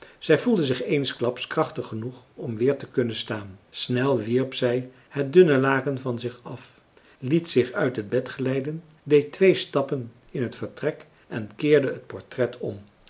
zij voelde zich eensklaps krachtig genoeg om weer te kunnen staan snel wierp zij het dunne laken van zich af liet zich uit het bed glijden deed twee stappen in het vertrek en keerde het portret om